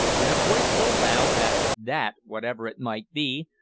in a voice so loud that that, whatever it might be,